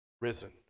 risen